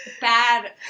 bad